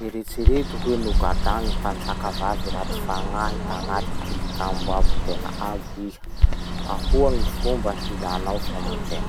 Eritsereto hoe nogradan'ny mpanjakavavy raty fagnaty tagnaty tilikambo abo tena abo iha. Ahoa gny fomba filanao famonjea?